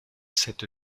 cette